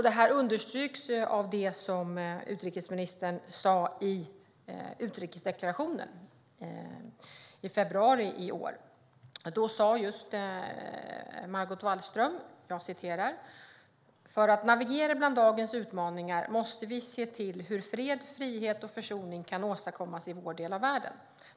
Detta understryks av det som utrikesministern sa i utrikesdeklarationen i februari i år. Då sa Margot Wallström: "För att navigera bland dagens utmaningar måste vi se till hur fred, frihet och försoning kan åstadkommas i vår del av världen.